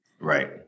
Right